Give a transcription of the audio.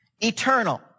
Eternal